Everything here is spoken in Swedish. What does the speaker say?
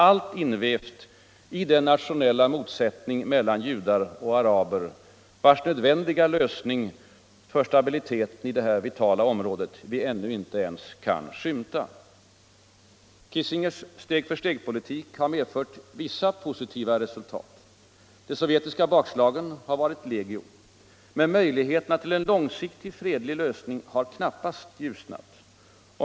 Allt invävt i den nationella motsättning mellan judar och araber, vars nödvändiga lösning för stabiliteten i detta vitala område vi ännu inte ens kan skymta. Kissingers steg-för-steg-politik har medfört vissa positiva resultat. De sovjetiska bakslagen har varit legio. Men möjligheterna till en långsiktig fredlig lösning har knappast ljusnat.